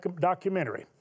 documentary